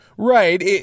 Right